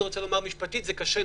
משפטית נכון שזה קשה.